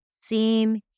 seem